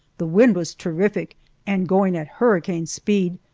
the wind was terrific and going at hurricane speed,